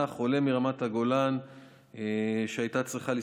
הינה, אני העדות החיה.